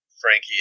Frankie